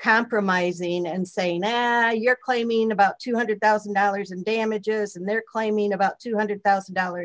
compromising and saying that you're claiming about two hundred thousand dollars in damages and they're claiming about two hundred thousand dollar